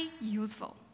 useful